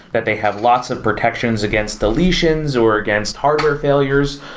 that they have lots of protections against the lesions or against hardware failures.